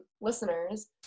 listeners